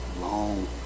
long